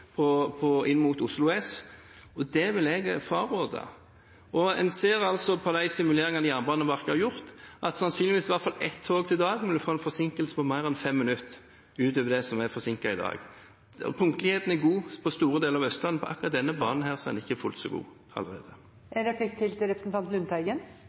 øvrige strekninger inn mot Oslo S. Det vil jeg fraråde. En ser på de simuleringene Jernbaneverket har gjort, at sannsynligvis vil i hvert fall ett tog per dag få en forsinkelse på mer enn 5 minutter utover det som er forsinkelsene i dag. Punktligheten er god på store deler av Østlandet, men akkurat på denne banen er den ikke fullt så god.